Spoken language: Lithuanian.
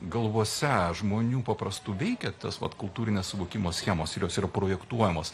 galvose žmonių paprastų veikia tas vat kultūrinio suvokimo schemos ir jos yra projektuojamos